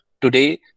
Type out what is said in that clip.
Today